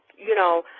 you know,